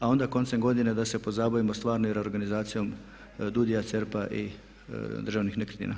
A onda koncem godine da se pozabavimo stvarnom reorganizacijom DUUDI-ja, CERP-a i državnih nekretnina.